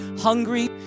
hungry